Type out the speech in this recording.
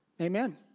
amen